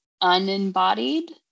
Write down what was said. unembodied